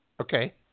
Okay